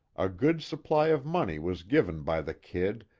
a good supply of money was given by the kid,